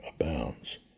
abounds